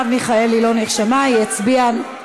ההצבעה של מרב מיכאלי לא נרשמה, היא הצביעה נגד,